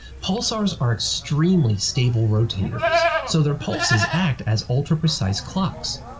pulsars are extremely stable rotators, so their pulses act as ultra precise clocks.